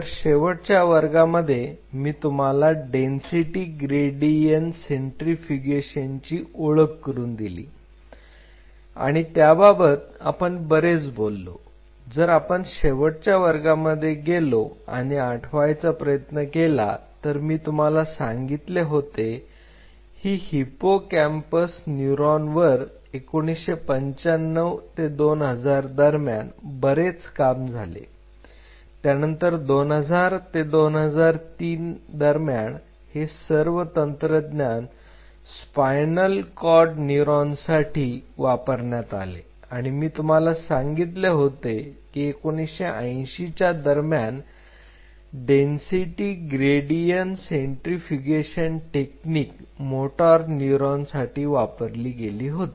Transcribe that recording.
तर शेवटच्या वर्गामध्ये मी तुम्हाला डेन्सिटी ग्रेडियंट सेंट्रीफ्युगेशनची ओळख करून दिली आणि त्याबाबत आपण बरेच बोललो जर आपण शेवटच्या वर्गांमध्ये गेलो आणि आठवायचा प्रयत्न केला तर मी तुम्हाला सांगितले होते ही हिप्पोकॅम्पस न्यूरॉनवर 1995 ते 2000 दरम्यान बरेच काम झाले त्यानंतर 2000 ते 2003 दरम्यान हे सर्व तंत्रज्ञान स्पायनल कॉर्ड न्यूरॉनसाठी वापरण्यात आले आणि मी तुम्हाला सांगितले होते की 1980 च्या दरम्यान density gradient centrifugation technique motor neuron साठी वापरली गेली होती